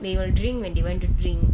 they will drink when they want to drink